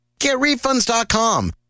GetRefunds.com